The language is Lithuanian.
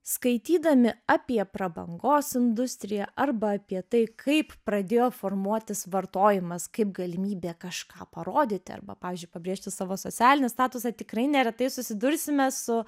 skaitydami apie prabangos industriją arba apie tai kaip pradėjo formuotis vartojimas kaip galimybė kažką parodyti arba pavyzdžiui pabrėžti savo socialinį statusą tikrai neretai susidursime su